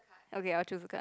okay I'll choose the card